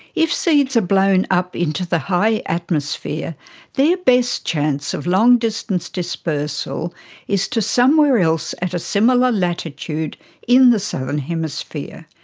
if seeds are blown up into the high atmosphere their best chance of long distance dispersal is to somewhere else at a similar latitude in the southern hemisphere.